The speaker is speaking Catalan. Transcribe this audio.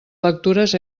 lectures